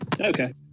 okay